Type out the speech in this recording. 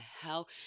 hell